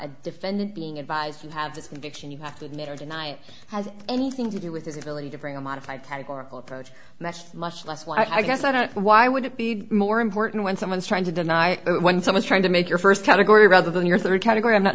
a defendant being advised you have this conviction you have to admit or deny it has anything to do with his ability to bring a modified categorical approach much much less well i guess i don't why would it be more important when someone's trying to deny it when someone's trying to make your st category rather than your rd category i'm not